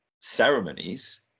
ceremonies